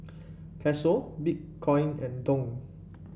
Peso Bitcoin and Dong